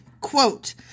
Quote –